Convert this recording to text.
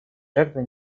жертва